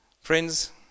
Friends